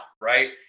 right